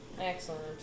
Excellent